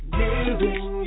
giving